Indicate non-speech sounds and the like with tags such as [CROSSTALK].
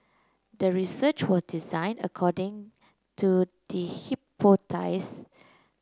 the research was designed according to the [UNINTELLIGIBLE]